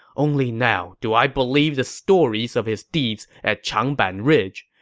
only now do i believe the stories of his deeds at changban ridge.